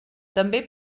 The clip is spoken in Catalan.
també